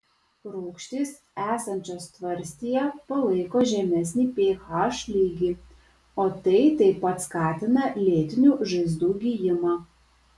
rūgštys esančios tvarstyje palaiko žemesnį ph lygį o tai taip pat skatina lėtinių žaizdų gijimą